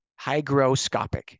Hygroscopic